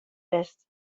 west